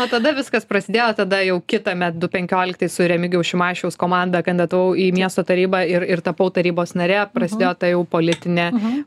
nuo tada viskas prasidėjo tada jau kitąmet du penkioliktais su remigijaus šimašiaus komanda kandidatavau į miesto tarybą ir ir tapau tarybos narė prasidėjo ta jau politinė